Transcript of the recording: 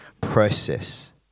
process